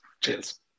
Cheers